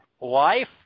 life